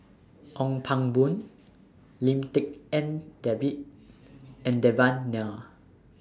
Ong Pang Boon Lim Tik En David and Devan Nair